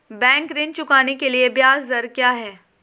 Bank ऋण चुकाने के लिए ब्याज दर क्या है?